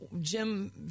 Jim